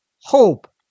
hope